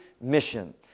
mission